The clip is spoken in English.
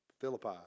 Philippi